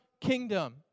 kingdom